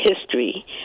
history